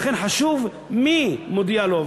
לכן חשוב מי מודיע לו,